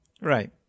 Right